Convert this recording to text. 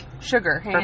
sugar